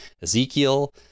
Ezekiel